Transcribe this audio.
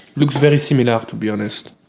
looks very similar to be honest.